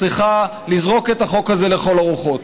צריכה לזרוק את החוק הזה לכל הרוחות.